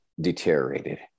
deteriorated